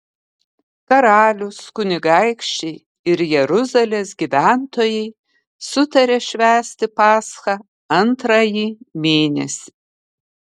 karalius kunigaikščiai ir jeruzalės gyventojai sutarė švęsti paschą antrąjį mėnesį